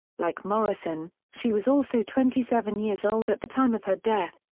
like morrison, she was also twenty seven years old at the time of her death.